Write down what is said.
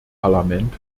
parlament